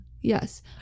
yes